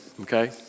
okay